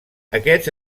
aquests